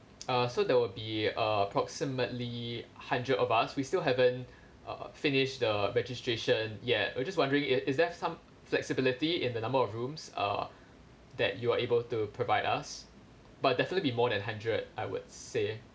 uh so that will be uh approximately hundred of us we still haven't uh finished the registration yet so we just wondering is is there some flexibility in the number of rooms uh that you are able to provide us but definitely more than hundred I would say